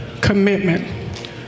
commitment